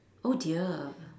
oh dear